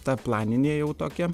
ta planinė jau tokia